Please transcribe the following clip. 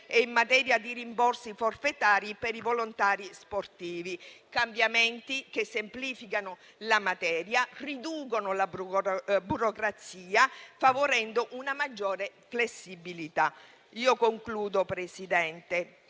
e in materia di rimborsi forfettari per i volontari sportivi. Tali cambiamenti semplificano la materia e riducono la burocrazia, favorendo una maggiore flessibilità. In sintesi, Presidente,